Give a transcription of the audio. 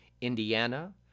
Indiana